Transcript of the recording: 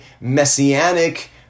messianic